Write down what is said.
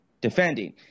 defending